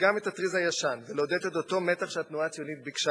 את הטריז הישן ולעודד את אותו מתח שהתנועה הציונית ביקשה לתקן.